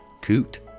Coot